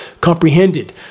comprehended